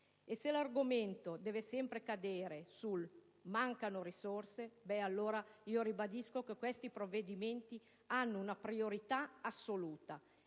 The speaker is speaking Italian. E se l'argomento dovesse ricadere sulla mancanza di risorse, allora io ribadisco che questi provvedimenti hanno una priorità assoluta